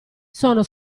sono